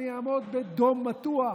אעמוד בדום מתוח,